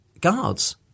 guards